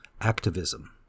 Activism